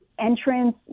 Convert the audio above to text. entrance